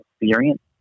experience